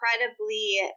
incredibly